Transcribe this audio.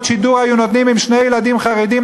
שידור היו נותנים אם שני ילדים חרדים,